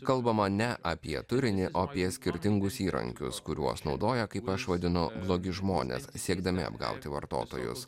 kalbama ne apie turinį o apie skirtingus įrankius kuriuos naudoja kaip aš vadinu blogi žmonės siekdami apgauti vartotojus